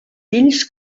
fills